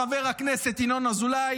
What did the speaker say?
חבר הכנסת ינון אזולאי,